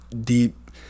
deep